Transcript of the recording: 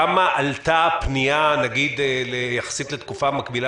כמה עלתה הפנייה יחסית לתקופה מקבילה